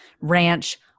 ranch